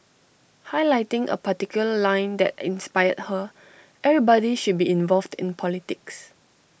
highlighting A particular line that inspired her everybody should be involved in politics